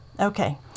Okay